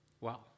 Wow